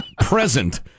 present